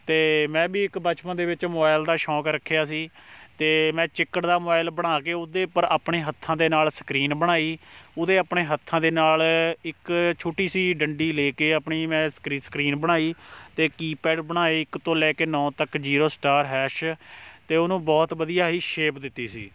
ਅਤੇ ਮੈਂ ਵੀ ਇੱਕ ਬਚਪਨ ਦੇ ਵਿੱਚ ਮੋਬਾਇਲ ਦਾ ਸ਼ੌਕ ਰੱਖਿਆ ਸੀ ਅਤੇ ਮੈਂ ਚਿੱਕੜ ਦਾ ਮੋਬਾਇਲ ਬਣਾ ਕੇ ਉਸ ਦੇ ਉੱਪਰ ਆਪਣੇ ਹੱਥਾਂ ਦੇ ਨਾਲ ਸਕਰੀਨ ਬਣਾਈ ਉਸ ਦੇ ਆਪਣੇ ਹੱਥਾਂ ਦੇ ਨਾਲ ਇੱਕ ਛੋਟੀ ਸੀ ਡੰਡੀ ਲੈ ਕੇ ਆਪਣੀ ਮੈਂ ਸਕਰੀ ਸਕਰੀਨ ਬਣਾਈ ਅਤੇ ਕੀਪੈਡ ਬਣਾਏ ਇੱਕ ਤੋਂ ਲੈ ਕੇ ਨੋਂ ਤੱਕ ਜ਼ੀਰੋ ਸਟਾਰ ਹੈਸ਼ ਅਤੇ ਉਹਨੂੰ ਬਹੁਤ ਵਧੀਆ ਹੀ ਸ਼ੇਪ ਦਿੱਤੀ ਸੀ